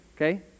Okay